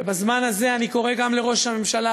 ובזמן הזה אני קורא גם לראש הממשלה,